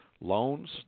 loans